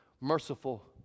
merciful